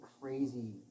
crazy